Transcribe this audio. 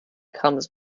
comes